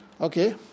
okay